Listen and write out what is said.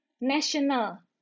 national